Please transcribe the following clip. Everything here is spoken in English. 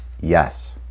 Yes